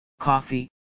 coffee